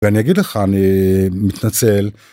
ואני אגיד לך אני מתנצל.